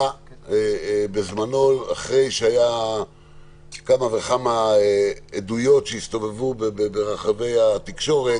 בזמנו אחרי שהיו כמה וכמה עדויות שהסתובבו ברחבי התקשורת